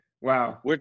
Wow